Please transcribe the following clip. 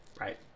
Right